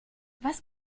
was